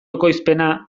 ekoizpena